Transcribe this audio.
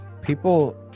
People